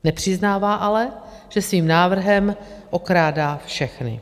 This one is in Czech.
Nepřiznává ale, že svým návrhem okrádá všechny.